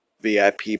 VIP